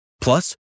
Plus